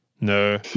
No